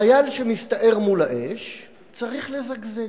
חייל שמסתער מול האש צריך לזגזג,